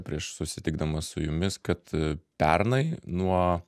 prieš susitikdamas su jumis kad a pernai nuo